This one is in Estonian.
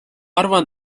arvan